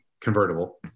convertible